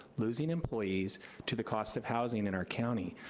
losing employees to the cost of housing in our county.